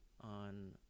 on